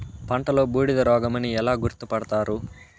పంటలో బూడిద రోగమని ఎలా గుర్తుపడతారు?